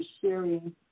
sharing